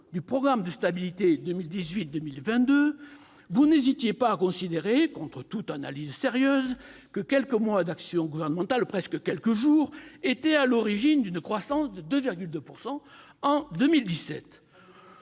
du programme de stabilité pour la période 2018-2022, vous n'hésitiez pas à considérer, contre toute analyse sérieuse, que quelques mois d'action gouvernementale étaient à l'origine d'une croissance de 2,2 % en 2017